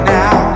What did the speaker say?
now